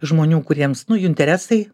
žmonių kuriems nu jų interesai